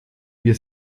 wir